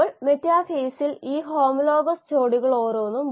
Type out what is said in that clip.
അല്ലെങ്കിൽ ഒരു ബാച്ചിൽ ആദ്യം ഉപയോഗിക്കുന്ന ഒരു ബാച്ചിൽ അവിടെ പ്രധാനമാണ്